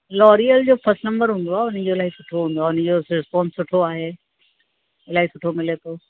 L'Oréal जो first number हुंदो आहे उन जो इलाई सुठो हूंदो आ उन्ही जो रिसपोंस सुठो आहे इलाही सुठो मिले थो